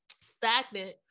stagnant